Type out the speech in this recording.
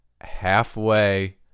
halfway